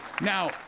Now